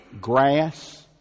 Grass